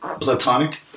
platonic